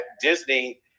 disney